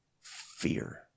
fear